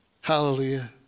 Hallelujah